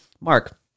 Mark